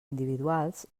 individuals